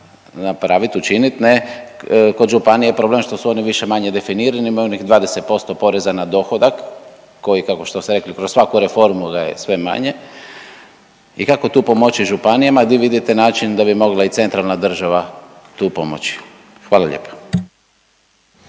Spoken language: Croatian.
napravit, učinit ne, kod županija je problem što su one više-manje definirani imaju onih 20% poreza na dohodak koji kako što ste rekli kroz svaku reformu daje sve manje. I kako tu pomoći županijama, di vidite način da bi mogla i centralna država tu pomoći? Hvala lijepa.